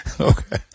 Okay